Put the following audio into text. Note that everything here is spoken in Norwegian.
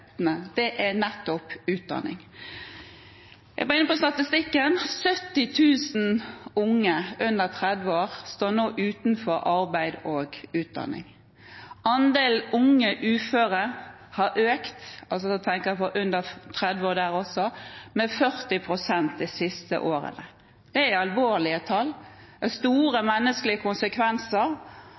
er nettopp utdanning. Jeg var inne på statistikken: 70 000 unge under 30 år står nå utenfor arbeid og utdanning. Andelen unge uføre har økt – og da tenker jeg på under 30 år der også – med 40 pst. de siste årene. Det er alvorlige tall. Det er store menneskelige konsekvenser